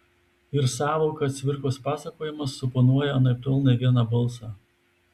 ir sąvoka cvirkos pasakojimas suponuoja anaiptol ne vieną balsą